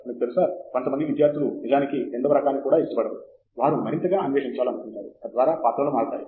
మీకు తెలుసా కొంతమంది విద్యార్థులు నిజానికి రెండవ రకాన్ని కూడా ఇష్టపడరు వారు మరింతగా అన్వేషించాలనుకుంటారు తద్వారా పాత్రలు మారతాయి